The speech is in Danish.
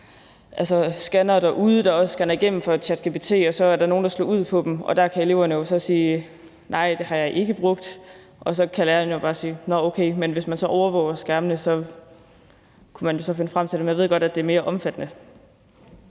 også scannere derude, der scanner igennem for ChatGPT, og så er der nogle, der slår ud på dem. Der kan eleverne jo så sige: Nej, det har jeg ikke brugt. Og så kan lærerne bare sige: Nå, okay. Men hvis man så overvågede skærmene, kunne man finde frem til det. Men jeg ved godt, at det er mere omfattende.